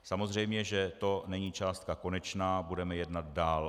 Samozřejmě že to není částka konečná, budeme jednat dál.